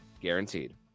guaranteed